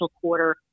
quarter